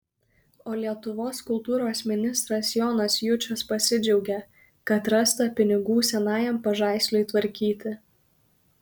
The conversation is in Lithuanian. o lietuvos kultūros ministras jonas jučas pasidžiaugė kad rasta pinigų senajam pažaisliui tvarkyti